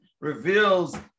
reveals